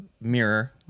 mirror